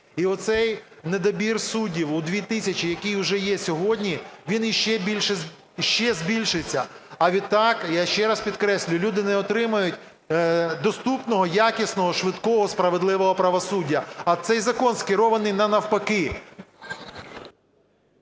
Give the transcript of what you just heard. І оцей недобір суддів у 2 тисячі, який уже є сьогодні, він ще збільшиться. А відтак, я ще раз підкреслю, люди не отримають доступного, якісного, швидкого, справедливого правосуддя. А цей закон скерований на навпаки.